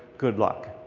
good luck.